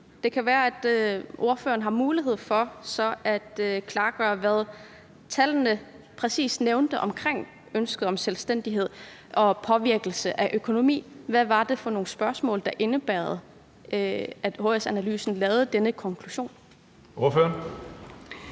Det kan være, at ordføreren har mulighed for så at klarlægge, hvad tallene præcis nævnte om ønsket om selvstændighed og påvirkning af økonomien. Hvad var det for nogen spørgsmål, der indebar, at HS Analyse lavede denne konklusion? Kl.